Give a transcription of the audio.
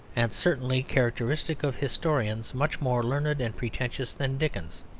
and certainly characteristic of historians much more learned and pretentious than dickens.